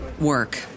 work